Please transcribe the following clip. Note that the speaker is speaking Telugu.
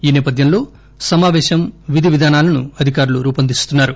ఈ నేపథ్యంలో సమావేశం విధివిధానాలను అధికారులు రూపొందిస్తున్నారు